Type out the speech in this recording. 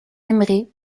aimerez